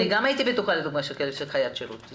גם אני הייתי בטוחה שכלב הוא חיית שירות.